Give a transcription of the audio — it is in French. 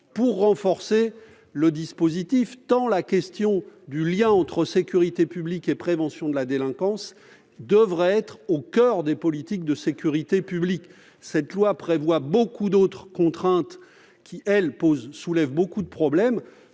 pour renforcer le dispositif, tant la question du lien entre sécurité publique et prévention de la délinquance devrait être au coeur des politiques de sécurité publique. Cette proposition de loi prévoit beaucoup d'autres contraintes qui soulèvent beaucoup de problèmes.